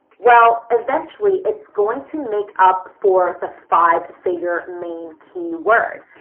well, eventually it's going to make up for the five figure main keyword.